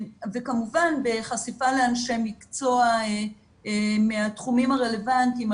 וכמובן בחשיפה לאנשי מקצוע מהתחומים הרלוונטיים,